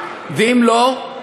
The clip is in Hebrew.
ואם לא,